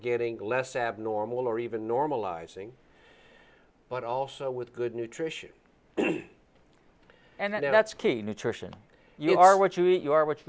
getting less abnormal or even normalizing but also with good nutrition and that's key nutrition you are what you eat you are which